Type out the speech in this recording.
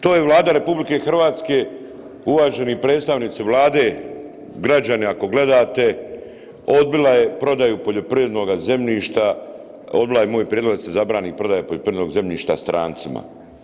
To je Vlada RH, uvaženi predstavnici Vlade, građani ako gledate odbila je prodaju poljoprivrednoga zemljišta, odbila je moj prijedlog da se zabrani prodaja poljoprivrednoga zemljišta strancima.